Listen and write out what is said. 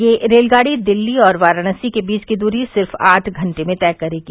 यह रेलगाड़ी दिल्ली और वाराणसी के बीच की दूरी सिर्फ आठ घंटे में तय करेगी